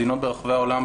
מדינות ברחבי העולם,